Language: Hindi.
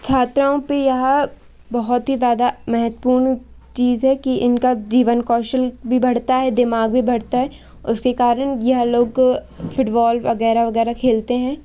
छात्राओं पर यह बहुत ही ज़्यादा महत्त्वपूर्ण चीज़ है कि इनका जीवन कौशल भी बढ़ता है दिमाग भी बढ़ता है उसके कारण यह लोग फुटबॉल वगैरह वगैरह खेलते हैं